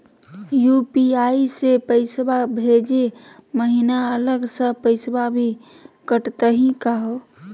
UPI स पैसवा भेजै महिना अलग स पैसवा भी कटतही का हो?